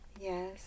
Yes